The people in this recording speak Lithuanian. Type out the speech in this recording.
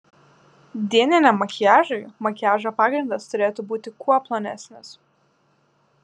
dieniniam makiažui makiažo pagrindas turėtų būti kuo plonesnis